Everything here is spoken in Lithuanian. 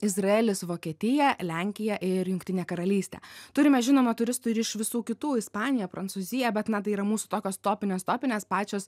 izraelis vokietija lenkija ir jungtinė karalystė turime žinoma turistų ir iš visų kitų ispanija prancūzija bet na tai yra mūsų tokios topinės topinės pačios